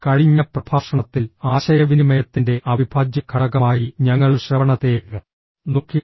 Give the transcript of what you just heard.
കഴിഞ്ഞ പ്രഭാഷണത്തിൽ ആശയവിനിമയത്തിന്റെ അവിഭാജ്യ ഘടകമായി ഞങ്ങൾ ശ്രവണത്തെ നോക്കി